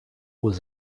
was